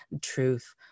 truth